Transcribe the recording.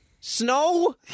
Snow